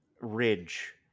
Ridge